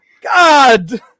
God